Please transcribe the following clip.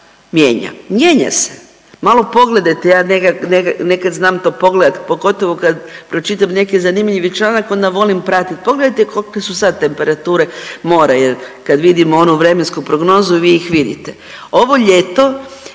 Mijenja se. Malo pogledajte ja nekad znam to pogledati pogotovo kad pročitam neki zanimljivi članak onda volim pratiti, pogledajte kolike su sad temperature mora jer kad vidimo onu vremensku prognozu vi ih vidite. Ovo ljeto